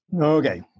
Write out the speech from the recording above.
Okay